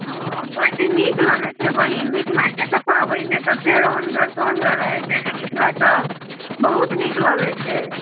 हँ बड नीक लगैत छै बहिन मिथिलाके तऽ पाबनि ततेक रोहनगर सोहनगर रहैत छै जे मिथिला कऽ बहुत नीक लगैत छै